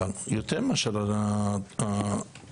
יותר מאשר על הפרטי.